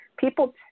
People